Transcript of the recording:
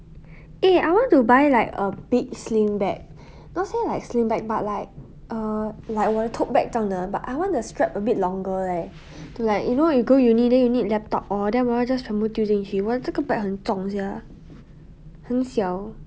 eh I want to buy like a big sling bag not say like sling bag but like err like 我的 tote bag 这样的 but I want the strap a bit longer leh like you know you go uni then you need laptop orh then 我要 just 全部丢进去我的这个 bag 很重 sia 很小